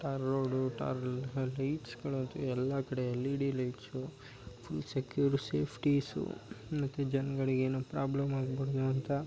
ಟಾರ್ road tar ಲೈಟ್ಸುಗಳು ಅಂತೂ ಎಲ್ಲ ಕಡೆ L E D lights full secured ಸೇಫ್ಟಿಸು ಮತ್ತು ಜನಗಳಿಗೆ ಏನು ಪ್ರಾಬ್ಲಮ್ ಆಗಬಾರ್ದು ಅಂತ